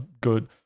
good